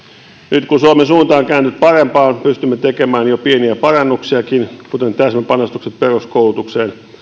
nyt kun suomen suunta on kääntynyt parempaan pystymme tekemään jo pieniä parannuksiakin kuten täsmäpanostukset peruskoulutukseen